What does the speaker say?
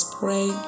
pray